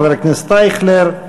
חבר הכנסת אייכלר,